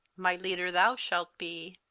my leader thou shalt bee.